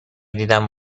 دیدن